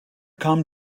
come